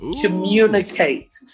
Communicate